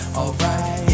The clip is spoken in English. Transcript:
alright